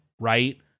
Right